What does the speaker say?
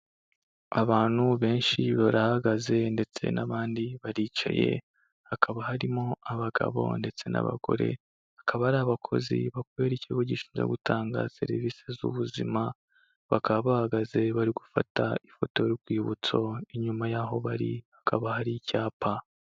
Abantu benshi barahagaze ndetse n'abandi baricaye, hakaba harimo abagabo ndetse n'abagore, akaba ari abakozi bakorera ikigo gishinzwe gutanga serivisi z'ubuzima, bakaba bahagaze bari gufata ifoto y'urwibutso, inyuma y'aho bari hakaba hari icyapa.